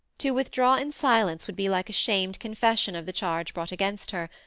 to withdraw in silence would be like a shamed confession of the charge brought against her,